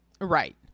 Right